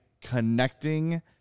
connecting